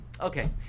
Okay